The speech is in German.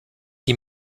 die